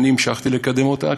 והמשכתי לקדם אותה,